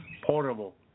portable